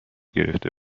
گرفته